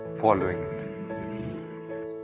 following